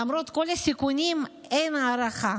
למרות כל הסיכונים, אין הערכה,